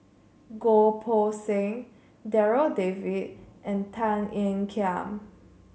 Goh Poh Seng Darryl David and Tan Ean Kiam